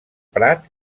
prat